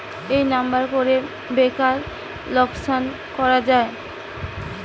এই নাম্বার করে ব্যাংকার লোকাসান জানা যায়